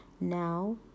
now